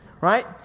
Right